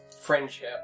friendship